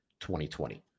2020